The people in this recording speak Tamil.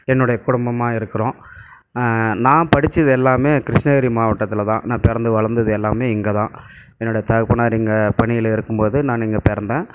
என்னுடைய குடும்பமாக இருக்கிறோம் நான் படிச்சது எல்லாமே கிருஷ்ணகிரி மாவட்டத்தில் தான் நான் பிறந்து வளர்ந்தது எல்லாமே இங்கேதான் என்னுடைய தகப்பனார் இங்கே பணியில் இருக்கும்போது நான் இங்கே பிறந்தேன்